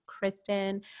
Kristen